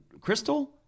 Crystal